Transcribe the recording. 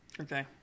okay